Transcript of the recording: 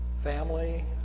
family